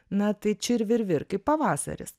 na tai čir vir vir kaip pavasaris